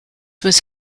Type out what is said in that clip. was